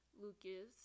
Lucas